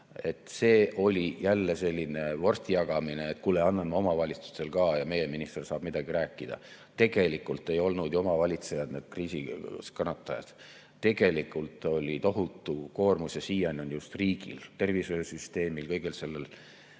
See oli jälle selline vorsti jagamine, et kuule, anname omavalitsustele ka ja meie minister saab midagi rääkida. Tegelikult ei olnud ju omavalitsejad kriisis kannatajad, tegelikult oli tohutu koormus ja on siiani just riigil, tervishoiusüsteemil, kõigel sellel.